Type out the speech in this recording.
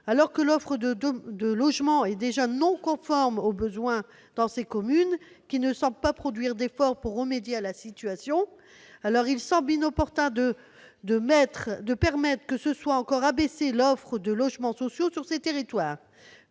alors que l'offre de logement est déjà non conforme aux besoins dans ces communes qui ne semblent pas produire d'efforts pour remédier à la situation, il semble inopportun de permettre que soit encore abaissée l'offre de logements sociaux sur ces territoires.